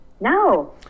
No